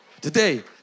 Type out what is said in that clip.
Today